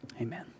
Amen